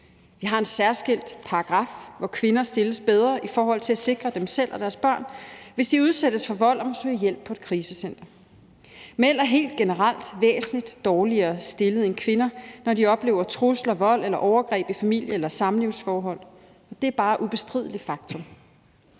Vi har en særskilt paragraf, hvor kvinder stilles bedre i forhold til at sikre sig selv og deres børn, hvis de udsættes for vold og må søge hjælp på et krisecenter. Mænd er helt generelt væsentlig dårligere stillet end kvinder, når de oplever trusler, vold eller overgreb i familie- eller samlivsforhold, og det er bare et ubestrideligt faktum.